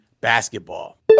basketball